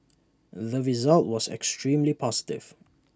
the result was extremely positive